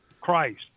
Christ